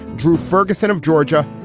drew furguson of georgia.